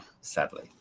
Sadly